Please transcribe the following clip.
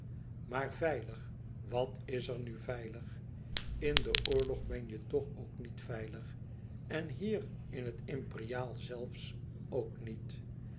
maar veilig wat is er nu veilig in den oorlog ben je toch ook niet veilig en hier in het imperiaal zelfs ook niet